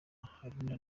haruna